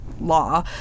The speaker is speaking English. law